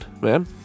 man